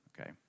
okay